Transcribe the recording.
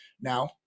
now